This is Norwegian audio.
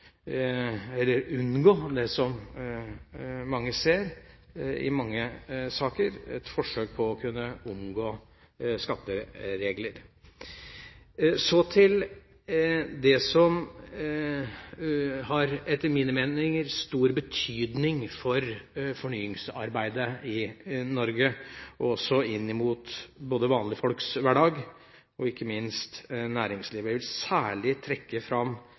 og å unngå det som man ser i mange saker, et forsøk på å kunne omgå skatteregler. Så til det som etter min mening har stor betydning for fornyingsarbeidet i Norge og også inn mot både vanlige folks hverdag og ikke minst næringslivet. Jeg vil særlig trekke fram